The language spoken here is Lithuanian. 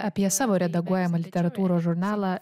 apie savo redaguojamą literatūros žurnalą